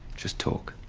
just talk.